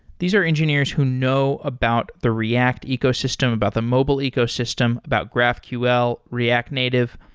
these are engineers who know about the react ecosystem, about the mobile ecosystem, about graphql, react native.